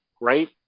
right